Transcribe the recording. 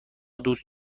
دوست